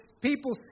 people